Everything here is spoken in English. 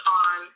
on